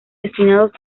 destinados